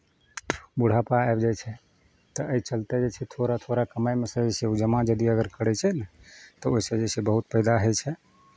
बुढ़ापा आबि जाइ छै तऽ एहि चलते जे छै थोड़ा थोड़ा कमाइमे सँ जइसे ओ जमा यदि अगर करै छै ने तऽ ओहिसँ जे छै बहुत फाइदा होइ छै